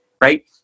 right